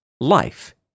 Life